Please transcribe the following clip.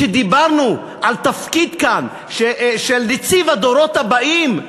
כשדיברנו כאן על תפקיד של נציב הדורות הבאים,